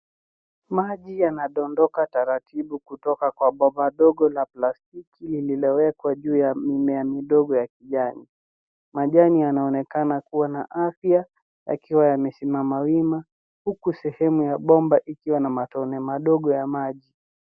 Maji yanandondoka taratibu kutoka kwa bomba ndogo la plastiki lililowekwa juu ya mimea midogo ya kijani. Majani yanaonekana kuwa na afya, yakiwa yamesimama wima huku sehemu ya bomba ikiwa na matone madogo ya maji.